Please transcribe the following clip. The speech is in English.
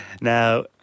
Now